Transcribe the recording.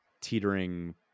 teetering